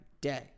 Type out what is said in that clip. day